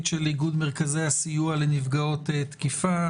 של איגוד מרכזי הסיוע לנפגעות תקיפה,